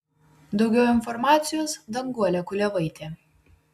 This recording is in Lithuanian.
daugiau informacijos danguolė kuliavaitė